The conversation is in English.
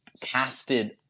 casted